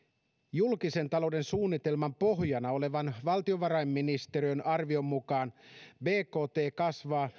julkisen talouden suunnitelman pohjana olevan valtiovarainministeriön arvion mukaan bkt kasvaa